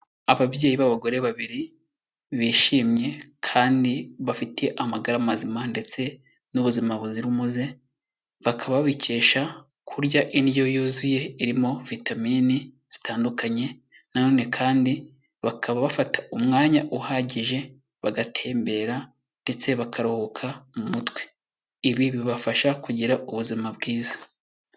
Ababyeyi b'abagore babiri, bishimye kandi bafite amagara mazima ndetse n'ubuzima buzira umuze, bakaba babikesha kurya indyo yuzuye irimo vitamine zitandukanye na none kandi bakaba bafata umwanya uhagije bagatembera ndetse bakaruhuka mu mutwe, ibi bibafasha kugira ubuzima bwiza.